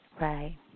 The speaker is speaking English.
Right